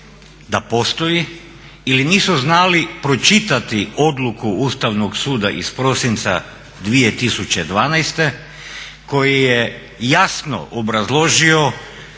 da postoji ili nisu znali pročitati odluku Ustavnog suda iz prosinca 2012. koji je jasno obrazložio